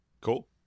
Cool